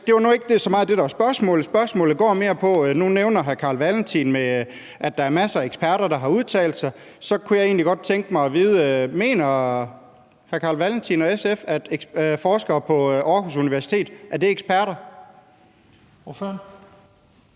det var nu ikke så meget det, der var spørgsmålet. Spørgsmålet går mere på, at nu nævner hr. Carl Valentin, at der er masser af eksperter, der har udtalt sig. Så kunne jeg egentlig godt tænke mig at vide: Mener hr. Carl Valentin og SF, at forskere på Aarhus Universitet er eksperter? Kl.